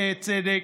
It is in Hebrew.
צדק.